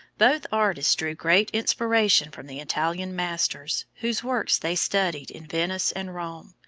both artists drew great inspiration from the italian masters, whose works they studied in venice and rome,